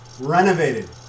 renovated